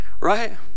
right